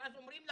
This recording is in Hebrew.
ואז אומרים לך: